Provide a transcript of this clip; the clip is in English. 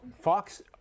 Fox